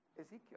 Ezekiel